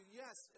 yes